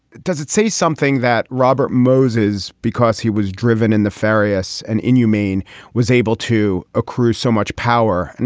does it say something that robert moses because he was driven in the various and inhumane was able to accrue so much power. and